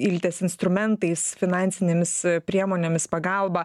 iltės instrumentais finansinėmis priemonėmis pagalba